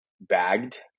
bagged